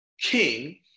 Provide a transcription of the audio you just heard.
king